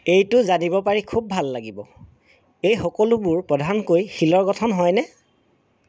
এইটো জানিব পাৰি খুব ভাল লাগিব এই সকলোবোৰ প্ৰধানকৈ শিলৰ গঠন হয়নে